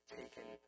taken